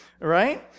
Right